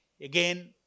Again